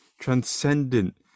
transcendent